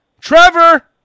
Trevor